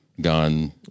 gun